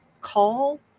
call